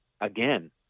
again